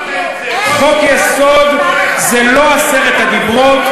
חוק-יסוד זה לא עשרת הדיברות.